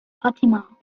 fatima